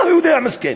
מה הוא יודע, מסכן?